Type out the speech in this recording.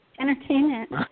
entertainment